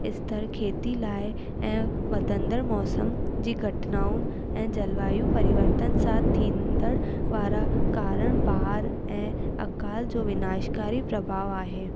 स्तर खेती लाइ ऐं वधंदड़ु मौसम जी घटनाउनि ऐं जलवायु परिवर्तन सां थींदड़ु वारा कारण बाड़ ऐं अकाल जो विनाशकारी प्रभाव आहे